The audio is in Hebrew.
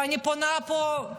ואני פונה פה,